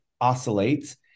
oscillates